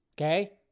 Okay